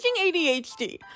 ADHD